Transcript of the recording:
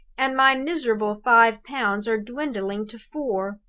and my miserable five pounds are dwindling to four!